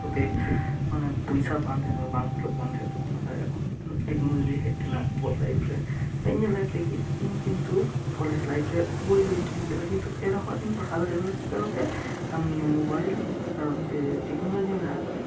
ᱛᱮ ᱚᱱᱮ ᱯᱚᱭᱥᱟ ᱵᱟᱝ ᱛᱟᱸᱦᱮ ᱵᱟᱝ ᱠᱩᱞᱟᱹᱜ ᱠᱟᱱ ᱛᱟᱸᱦᱮᱜ ᱛᱚᱠᱷᱚᱱ ᱟᱨ ᱱᱮᱛᱟᱨ ᱴᱮᱠᱱᱳᱞᱚᱡᱤ ᱦᱮᱡ ᱟᱠᱟᱱᱟ ᱟᱵᱚᱣᱟᱜ ᱡᱤᱭᱚᱱ ᱨᱮ ᱤᱧᱟᱹᱜ ᱞᱟᱭᱤᱯᱷ ᱨᱮ ᱤᱧ ᱠᱤᱱᱛᱩ ᱠᱚᱞᱮᱡ ᱞᱟᱭᱤᱯᱷ ᱨᱮ ᱯᱩᱸᱛᱷᱤ ᱵᱟᱹᱧ ᱠᱤᱨᱤᱧ ᱟᱠᱟᱫᱟ ᱠᱤᱱᱛᱩ ᱮᱱᱨᱮᱦᱚᱸ ᱤᱧ ᱯᱟᱲᱦᱟᱣ ᱫᱟᱲᱮ ᱟᱠᱟᱫᱟ ᱪᱮᱫ ᱠᱟᱨᱚᱱ ᱛᱮ ᱢᱳᱵᱟᱭᱤᱞ ᱠᱟᱨᱚᱱ ᱛᱮ ᱴᱮᱠᱱᱳᱞᱚᱡᱤ ᱢᱮᱱᱟᱜᱼᱟ